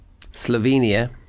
Slovenia